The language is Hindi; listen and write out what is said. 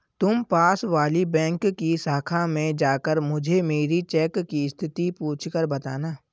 तुम पास वाली बैंक की शाखा में जाकर मुझे मेरी चेक की स्थिति पूछकर बताना